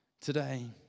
today